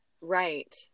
Right